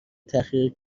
تحقیر